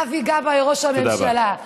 אבי גבאי ראש הממשלה,